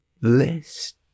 list